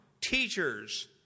teachers